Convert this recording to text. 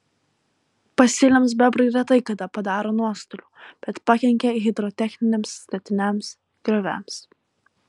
pasėliams bebrai retai kada padaro nuostolių bet pakenkia hidrotechniniams statiniams grioviams